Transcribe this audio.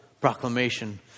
proclamation